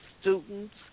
students